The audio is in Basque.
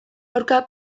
aurka